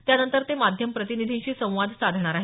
त्यानंतर ते माध्यम प्रतिनिधींशी संवाद साधणार आहेत